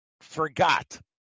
forgot